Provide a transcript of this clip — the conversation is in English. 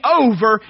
over